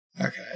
Okay